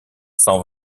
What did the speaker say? cent